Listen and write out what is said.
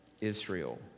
Israel